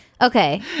okay